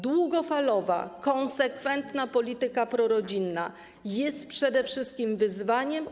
Długofalowa, konsekwentna polityka prorodzinna jest przede wszystkim wyzwaniem.